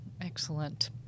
Excellent